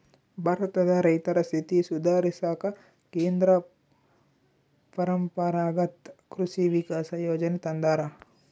ಭಾರತದ ರೈತರ ಸ್ಥಿತಿ ಸುಧಾರಿಸಾಕ ಕೇಂದ್ರ ಪರಂಪರಾಗತ್ ಕೃಷಿ ವಿಕಾಸ ಯೋಜನೆ ತಂದಾರ